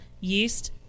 yeast